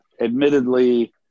admittedly